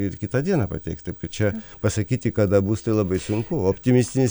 ir kitą dieną pateikt taip kad čia pasakyti kada bus tai labai sunku optimistinis